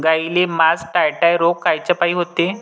गाईले मासटायटय रोग कायच्यापाई होते?